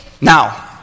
Now